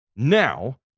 Now